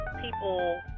people